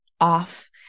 off